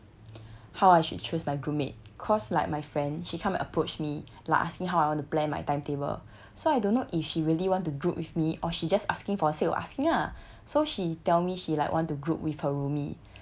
how I should choose my group mate cause like my friend she come and approach me like ask me how I want to plan my timetable so I don't know if she really want to group with me or she just asking for the sake of asking lah so she tell me she like want to group with her roomie